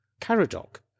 Caradoc